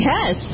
Yes